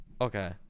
Okay